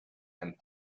and